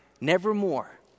Nevermore